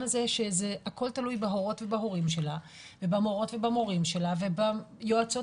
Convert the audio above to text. הזה שהכול תלוי בהורים שלה ובמורים שלה וביועצים